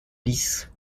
lys